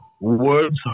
Words